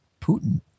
Putin